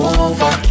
over